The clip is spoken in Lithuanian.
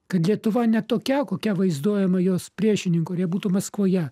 kad lietuva ne tokia kokia vaizduojama jos priešininkų ar jie būtų maskvoje